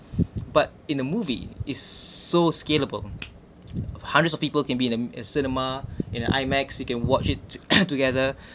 but in a movie is so scalable of hundreds of people can be in the cinema in IMAX you can watch it together